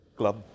club